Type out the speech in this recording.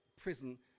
prison